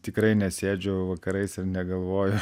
tikrai nesėdžiu vakarais ir negalvoju